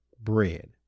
bread